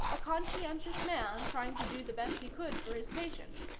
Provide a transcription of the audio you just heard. a conscientious man trying to do the best he could for his patient.